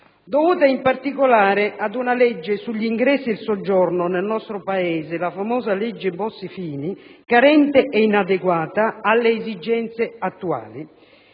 Dovuta in particolare ad una legge sugli ingressi e il soggiorno nel nostro Paese, la famosa legge Bossi‑Fini, carente e inadeguata alle esigenze attuali.